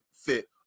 fit